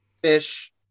fish